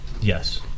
yes